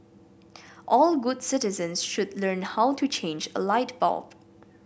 all good citizens should learn how to change a light bulb